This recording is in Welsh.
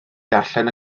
darllen